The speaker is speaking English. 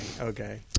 okay